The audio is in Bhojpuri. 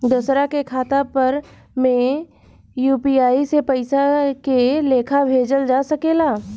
दोसरा के खाता पर में यू.पी.आई से पइसा के लेखाँ भेजल जा सके ला?